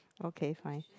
okay fine